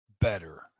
better